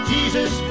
Jesus